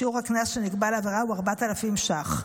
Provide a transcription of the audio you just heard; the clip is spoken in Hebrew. שיעור הקנס שנקבע לעבירה הוא 4,000 ש"ח.